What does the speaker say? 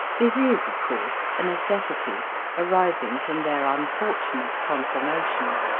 this is, of course, a necessity arising from their unfortunate conformation.